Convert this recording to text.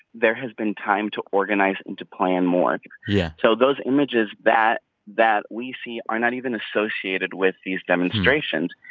there has been time to organize and to plan more yeah so those images that that we see are not even associated with these demonstrations.